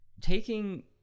taking